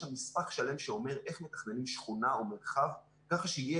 יש שם נספח שלם שאומר איך מתכננים שכונה או מרחב ככה שיהיה